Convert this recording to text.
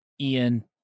Ian